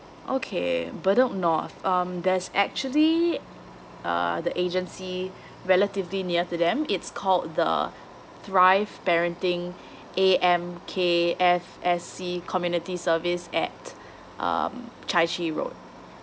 okay bedok north um there's actually uh the agency relatively near to them it's called the thrive parenting A_M_K_F_S_C community service at um chai chee road